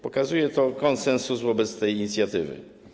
Pokazuje to konsensus wobec tej inicjatywy.